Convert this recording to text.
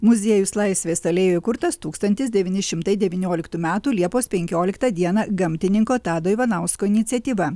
muziejus laisvės alėjoj įkurtas tūkstantis devyni šimtai devynioliktų metų liepos penkioliktą dieną gamtininko tado ivanausko iniciatyva